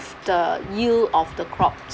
the yield of the crops